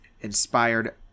inspired